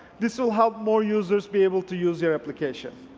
this will help more users be able to use your application.